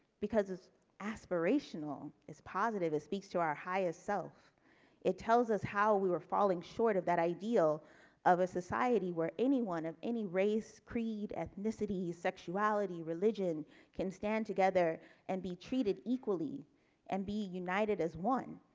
because it's aspirational is positive this speaks to our highest self it tells us how we were falling short of that ideal of a society where anyone of any race creed ethnicity sexuality religion can stand together and be treated equally and be united as one